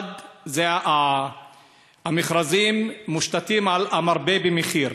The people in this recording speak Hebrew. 1. המכרזים מושתתים על המרבה במחיר,